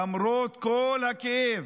למרות כל הכאב,